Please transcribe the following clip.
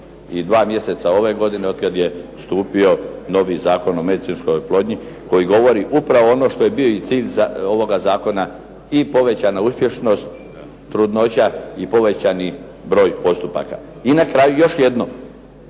i dva mjeseca ove godine od kada je stupio novi Zakon o medicinskoj oplodnji, koji govori upravo ono što je i bio cilj ovoga zakona i povećana uspješnost trudnoća i povećani broj postupaka. I na kraju još jedno.